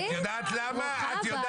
את יודעת למה?